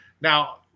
Now